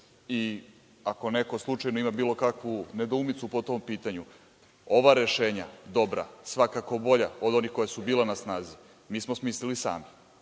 Ako neko slučajno ima bilo kakvu nedoumicu po tom pitanju, ova rešenja, dobra, svakako bolja od onih koja su bila na snazi, mi smo smislili sami,